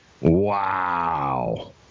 Wow